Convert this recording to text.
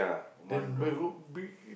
then bedroom big